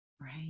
Right